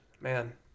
Man